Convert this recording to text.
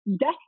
Death